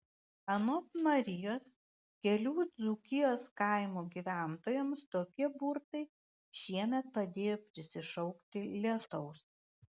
anot marijos kelių dzūkijos kaimų gyventojams tokie burtai šiemet padėjo prisišaukti lietaus